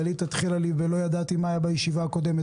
דלית התחילה ב"לא ידעתי מה היה בישיבה הקודמת".